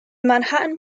manhattan